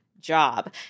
job